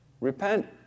Repent